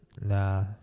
Nah